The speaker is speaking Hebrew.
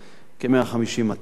כ-150 מת"לים.